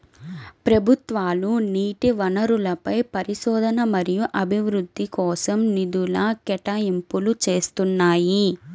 ప్రభుత్వాలు నీటి వనరులపై పరిశోధన మరియు అభివృద్ధి కోసం నిధుల కేటాయింపులు చేస్తున్నాయి